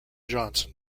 johnson